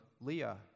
Leah